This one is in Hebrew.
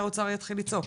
שהאוצר יתחיל לצעוק,